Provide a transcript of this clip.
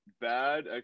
bad